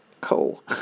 cool